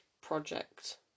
project